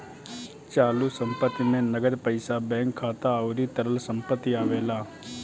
चालू संपत्ति में नगद पईसा बैंक खाता अउरी तरल संपत्ति आवेला